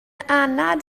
anad